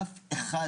אף אחד